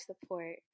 support